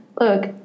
Look